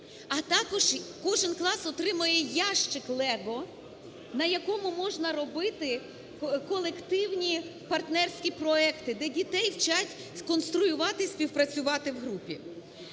А також кожний клас отримає ящикLego, на якому можна робити колективні партнерські проекти, де дітей вчать конструювати і співпрацювати в групі.